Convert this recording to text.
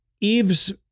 Eve's